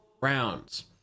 rounds